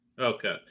Okay